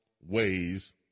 ways